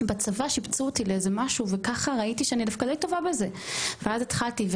שיבצו אותי למשהו וראיתי שאני טובה בזה ואז התחלתי.